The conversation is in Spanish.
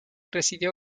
residió